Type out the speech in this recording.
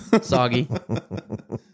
soggy